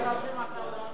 אפשר להירשם אחרי ההודעה שלו.